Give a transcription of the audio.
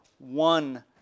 One